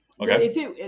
Okay